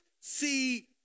see